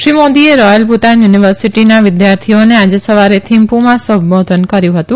શ્રી મોદીએ રોયલ ભુતાન યુનિવર્સિટીના વિદ્યાર્થીઓને આજે સવારે થીમ્પુમાં સંબોધન કર્યું હતું